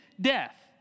death